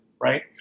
Right